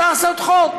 צריך לעשות חוק,